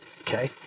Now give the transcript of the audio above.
Okay